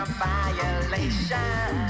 violation